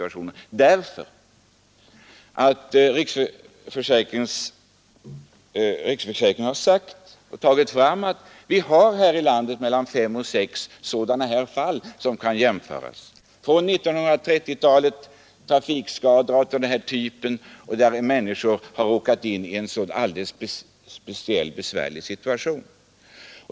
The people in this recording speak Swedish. Jag gör det därför att riksförsäkringsanstalten sagt att vi i landet har fem eller sex sådana här fall från 1930-talet där människor råkat i en alldeles speciellt besvärlig situation.